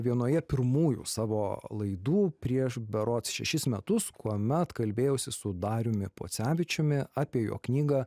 vienoje pirmųjų savo laidų prieš berods šešis metus kuomet kalbėjausi su dariumi pocevičiumi apie jo knygą